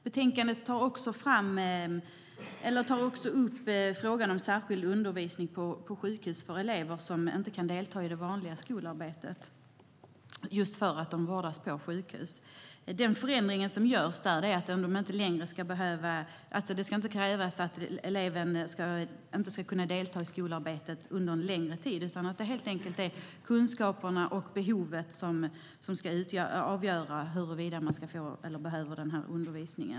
Betänkandet tar också upp frågan om särskild undervisning på sjukhus för elever som inte kan delta i det vanliga skolarbetet just för att de vårdas på sjukhus. Den förändring som görs är att det inte längre kommer att krävas att eleven inte kan delta i skolarbetet under en längre tid, utan det är helt enkelt kunskaperna och behovet som ska vara avgörande. Herr talman!